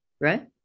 right